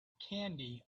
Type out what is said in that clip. candy